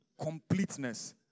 completeness